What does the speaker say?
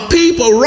people